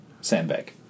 sandbag